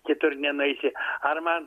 kitur nenueisi ar man